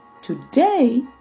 Today